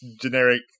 generic